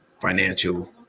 financial